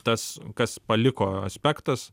tas kas paliko aspektas